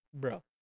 bro